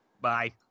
bye